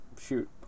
shoot